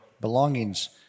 belongings